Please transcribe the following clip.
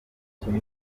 buzima